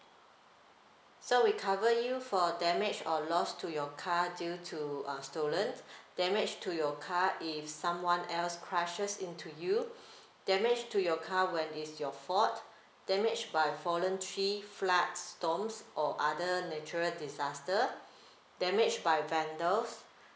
so we cover you for damage or loss to your car due to uh stolen damage to your car if someone else crushes into you damage to your car when is your fault damage by fallen tree flood storm or other natural disaster damage by vendors